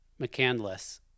McCandless